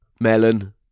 melon